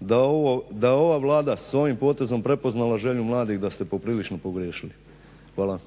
da ovo, da je ova Vlada s ovim potezom prepoznala želju mladih, da ste poprilično pogriješili. Hvala